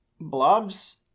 blobs